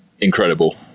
incredible